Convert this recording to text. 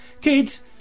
Kids